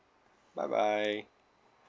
bye bye